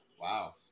Wow